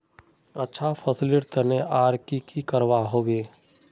अच्छा फसलेर तने आर की की करवा होबे?